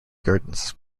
gardens